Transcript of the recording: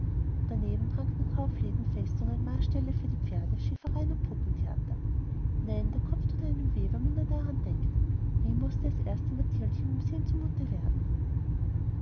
daneben prangten kaufläden und festungen marställe für die pferde schäfereien und puppentheater nein der kopf tut einem weh wenn man nur daran denkt wie mußte es erst dem mathildchen beim sehen zumute werden